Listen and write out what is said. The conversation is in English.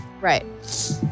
Right